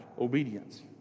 obedience